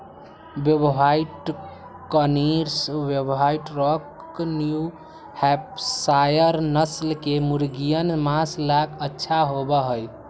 white Cornish, white rock, New Hampshire नस्ल के मुर्गियन माँस ला अच्छा होबा हई